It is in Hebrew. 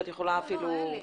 לא, אין לי.